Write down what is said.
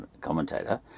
commentator